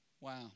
wow